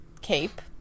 cape